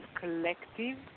collective